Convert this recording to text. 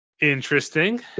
interesting